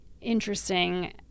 interesting